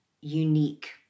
unique